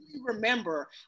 remember